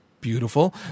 beautiful